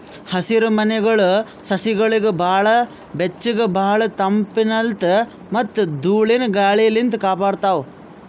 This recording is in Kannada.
ಹಸಿರಮನೆಗೊಳ್ ಸಸಿಗೊಳಿಗ್ ಭಾಳ್ ಬೆಚ್ಚಗ್ ಭಾಳ್ ತಂಪಲಿನ್ತ್ ಮತ್ತ್ ಧೂಳಿನ ಗಾಳಿನಿಂತ್ ಕಾಪಾಡ್ತಾವ್